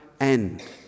end